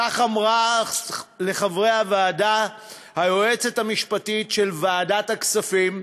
כך אמרה לחברי הוועדה היועצת המשפטית של ועדת הכספים,